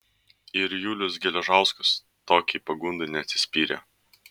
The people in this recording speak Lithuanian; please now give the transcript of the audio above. ir julius geležauskas tokiai pagundai neatsispyrė